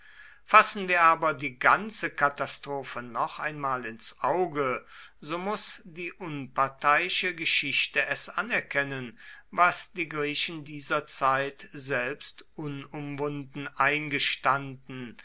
fassen wir aber die ganze katastrophe noch einmal ins auge so muß die unparteiische geschichte es anerkennen was die griechen dieser zeit selbst unumwunden eingestanden